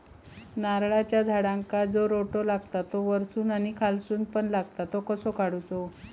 नारळाच्या झाडांका जो रोटो लागता तो वर्सून आणि खालसून पण लागता तो कसो काडूचो?